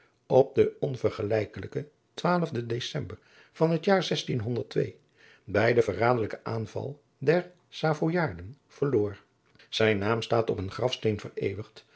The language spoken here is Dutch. op den onvergelijkelijken ecember van het jaar bij den verraderlijken aanval der savojaarden verloor zijn naam staat op een grafsteen vereeuwigd